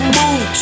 move